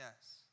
yes